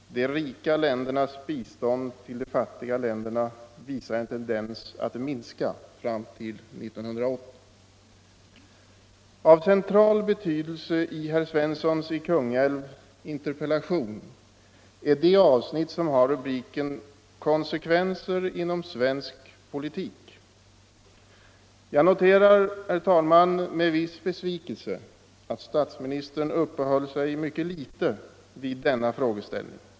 De rika ländernas bistånd till de fattiga länderna visar en tendens att minska fram till 1980. Av central betydelse i herr Svenssons i Kungälv interpellation är det avsnitt som har rubriken Konsekvenser inom svensk politik. Jag noterar med en viss besvikelse att statsministern uppehöll sig mycket litet vid denna frågeställning.